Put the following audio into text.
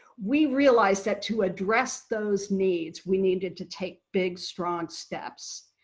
we realize that to address those needs, we needed to take big strong steps.